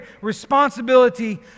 responsibility